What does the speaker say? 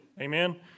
amen